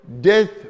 Death